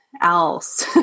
else